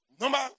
Number